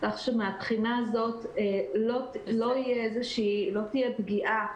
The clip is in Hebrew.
כך שמהבחינה הזאת לא תהיה איזושהי פגיעה